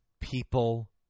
people